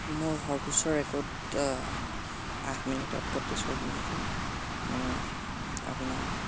মোৰ সৰ্বোচ্চ ৰেকৰ্ড আঠ মিনিটত পঁয়ত্ৰিছশ কিলোমিটাৰ মানে আপোনাৰ